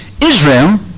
Israel